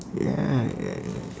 yeah yeah yeah